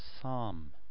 Psalm